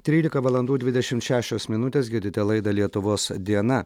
trylika valandų dvidešimt šešios minutės girdite laidą lietuvos diena